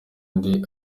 ndi